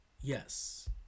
Yes